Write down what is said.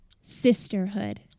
Sisterhood